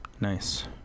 Nice